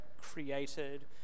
created